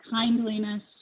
kindliness